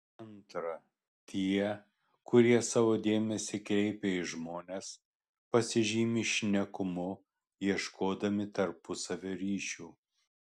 antra tie kurie savo dėmesį kreipia į žmones pasižymi šnekumu ieškodami tarpusavio ryšių